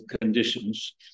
conditions